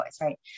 Right